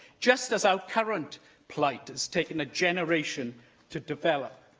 just as our current plight has taken a generation to develop.